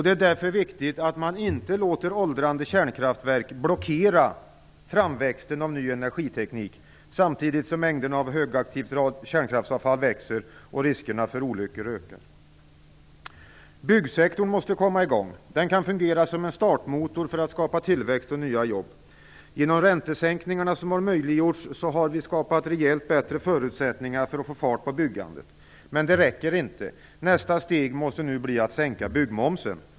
Det är därför viktigt att man inte låter åldrande kärnkraftverk blockera framväxten av ny energiteknik samtidigt som mängderna högaktivt kärnkraftsavfall växer och riskerna för olyckor ökar. Byggsektorn måste komma igång. Den kan fungera som en startmotor för att skapa tillväxt och nya jobb. Genom de räntesänkningar som möjliggjorts har vi skapat rejält bättre förutsättningar för att få fart på byggandet. Men det räcker inte. Nästa steg måste nu bli att sänka byggmomsen.